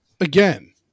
again